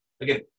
Again